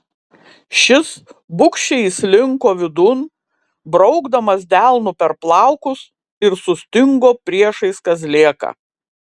šis bugščiai įslinko vidun braukdamas delnu per plaukus ir sustingo priešais kazlėką